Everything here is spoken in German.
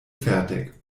fertig